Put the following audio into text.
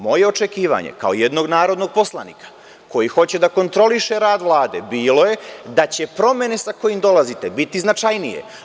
Moje očekivanje, kao jednog narodnog poslanika koji hoće da kontroliše rad Vlade bilo je da će promene sa kojima dolazite biti značajnije.